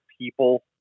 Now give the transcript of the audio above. people